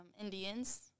Indians